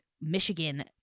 Michigan